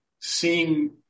seeing